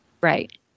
Right